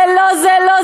זה לא,